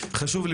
הוא חשוב לי